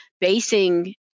basing